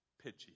pitchy